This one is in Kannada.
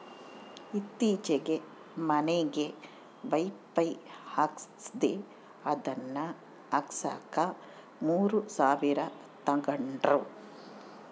ಈತ್ತೀಚೆಗೆ ಮನಿಗೆ ವೈಫೈ ಹಾಕಿಸ್ದೆ ಅದನ್ನ ಹಾಕ್ಸಕ ಮೂರು ಸಾವಿರ ತಂಗಡ್ರು